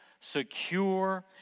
secure